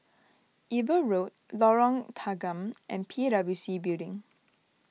Eber Road Lorong Tanggam and P W C Building